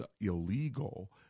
illegal